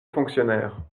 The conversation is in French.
fonctionnaires